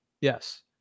Yes